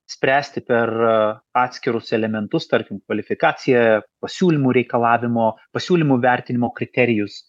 spręsti per atskirus elementus tarkim kvalifikacijoje pasiūlymų reikalavimo pasiūlymų vertinimo kriterijus